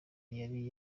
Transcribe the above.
yari